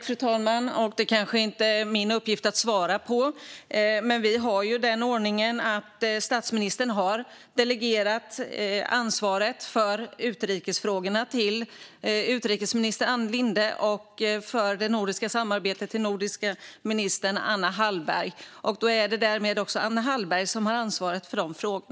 Fru talman! Det kanske inte är min uppgift att svara på det, men vi har ju den ordningen att statsministern har delegerat ansvaret för utrikesfrågorna till utrikesminister Ann Linde och ansvaret för det nordiska samarbetet till ministern med ansvar för nordiska frågor Anna Hallberg. Därmed är det Anna Hallberg som har ansvaret för dessa frågor.